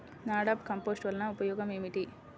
NADEP compost వలన ఉపయోగం ఏమిటి?